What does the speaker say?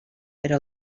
era